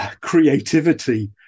creativity